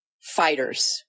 fighters